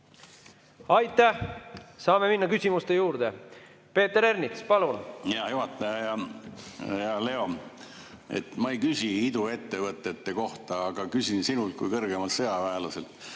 Aitäh! Saame minna küsimuste juurde. Peeter Ernits, palun! Hea juhataja! Hea Leo! Ma ei küsi iduettevõtete kohta, aga küsin sinult kui kõrgemalt sõjaväelaselt.